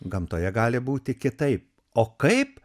gamtoje gali būti kitaip o kaip